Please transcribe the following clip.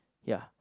ya